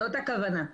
זאת הכוונה.